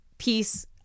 peace